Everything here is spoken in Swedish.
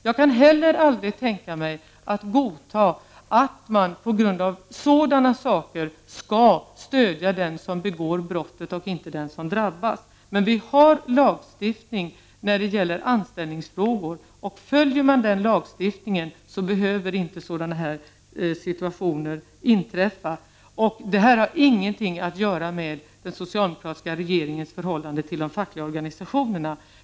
Jag kan heller aldrig tänka mig att godta att man på grund av sådana saker skall stödja den som begår brottet och inte den som drabbas. Men vi har lagstiftning när det gäller anställningsfrågor. Följer man den lagstiftningen behöver sådana här situationer inte inträffa. Det här har ingenting att göra med den socialdemokratiska regeringens förhållande till de fackliga organisationerna.